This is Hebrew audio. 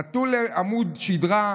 נטול עמוד שדרה,